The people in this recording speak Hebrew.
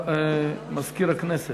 מזכיר הכנסת,